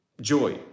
Joy